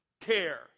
care